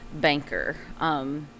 banker